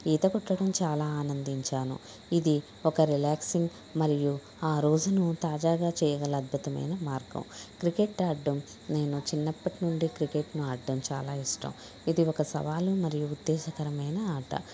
ఈత కొట్టడం చాలా ఆనందించాను ఇది ఒక రిల్యాక్సింగ్ మరియు ఆ రోజును తాజాగా చేయగల అద్భుతమైన మార్గం క్రికెట్ ఆడ్డం నేను చిన్నప్పట్నుండి క్రికెట్ను అడ్డం చాలా ఇష్టం ఇది ఒక సవాలు మరియు ఉత్తేజకరమైన ఆట